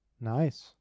nice